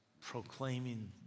proclaiming